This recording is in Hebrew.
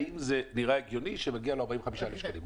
האם זה נראה הגיוני שמגיע לו 45,000 שקלים?